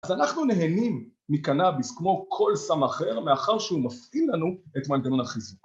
אז אנחנו נהנים מקנאביס כמו כל סם אחר מאחר שהוא מפעיל לנו את מנתנון החיזוק